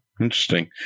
Interesting